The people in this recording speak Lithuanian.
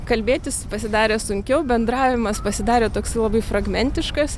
kalbėtis pasidarė sunkiau bendravimas pasidarė toksai labai fragmentiškas